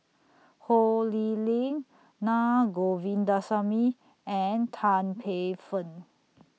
Ho Lee Ling Na Govindasamy and Tan Paey Fern